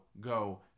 go